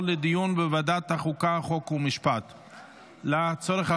2024, לוועדת החוקה, חוק ומשפט נתקבלה.